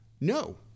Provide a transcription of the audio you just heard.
no